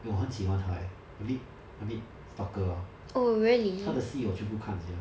eh 我很喜欢他 leh a bit a bit stalker lor 他的戏我全部看 sia